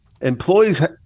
employees